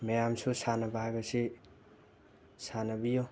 ꯃꯌꯥꯝꯁꯨ ꯁꯥꯟꯅꯕ ꯍꯥꯏꯕꯁꯤ ꯁꯥꯟꯅꯕꯤꯌꯨ